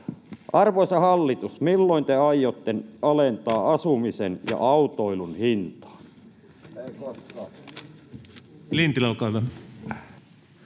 Arvoisa hallitus, milloin te aiotte alentaa asumisen ja autoilun hintaa?